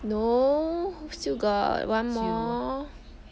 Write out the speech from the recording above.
no still got one more